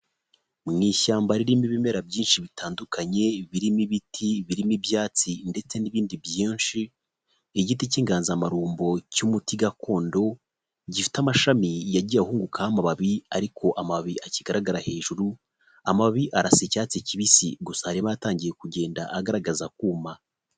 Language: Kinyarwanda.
Mu ishyamba ririmo ibimera byinshi bitandukanye birimo ibiti, birimo ibyatsi ndetse n'ibindi byinshi, igiti cy'inganzamarumbo cy'umuti gakondo gifite amashami yagiye ahubukaho amababi ariko amababi akigaragara hejuru. Amababi arasa icyatsi kibisi, gusa harimo ayatangiye kugenda agaragaza kuma.